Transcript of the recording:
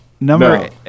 Number